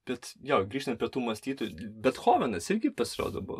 bet jo grįžtant prie tų mąstytojų bethovenas irgi pasirodo buvo